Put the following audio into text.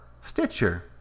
Stitcher